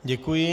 Děkuji.